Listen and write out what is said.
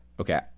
okay